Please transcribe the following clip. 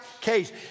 case